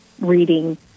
reading